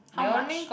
how much